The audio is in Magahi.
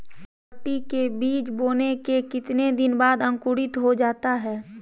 बरबटी के बीज बोने के कितने दिन बाद अंकुरित हो जाता है?